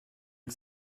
que